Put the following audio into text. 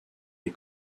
les